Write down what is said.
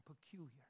peculiar